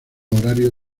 horario